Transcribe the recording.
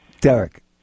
Derek